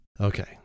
Okay